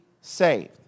saved